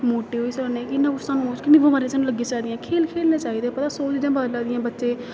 मोटे होई सकने कि सानूं किन्नी बमारियां सानूं लग्गी सकदियां खेल खेलने चाहिदे पता सौ चीजां बदला दियां बच्चे